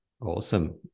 Awesome